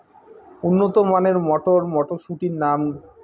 উন্নত মানের মটর মটরশুটির নাম?